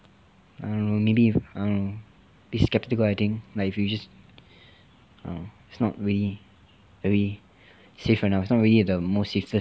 I don't know maybe I'm a bit skeptical I think like if you just um it's not really very safe for now it's really not at the most safest